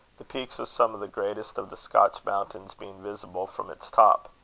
the peaks of some of the greatest of the scotch mountains being visible from its top.